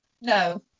no